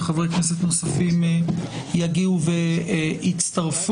חברי כנסת נוספים יגיעו ויצטרפו.